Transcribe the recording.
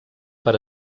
per